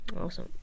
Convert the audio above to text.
Awesome